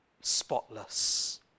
spotless